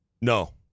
No